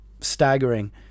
staggering